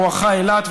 בואכה אילת,